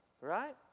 right